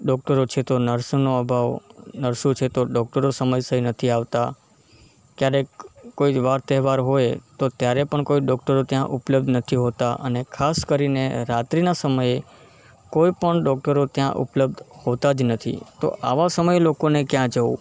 ડૉક્ટરો છે તો નર્સનો અભાવ નર્સો છે તો ડૉક્ટરો સમયસર નથી આવતા ક્યારેક કોઈ જ વાર તહેવાર હોય ત્યારે પણ ત્યાં ઉપલબ્ધ નથી હોતા અને ખાસ કરીને રાત્રીના સમયે કોઈ પણ ડોકટરો ત્યાં ઉપલબ્ધ હોતા જ નથી તો આવા સમયે લોકોને ક્યાં જવું